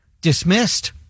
dismissed